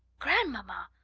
grandmamma,